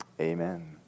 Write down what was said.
amen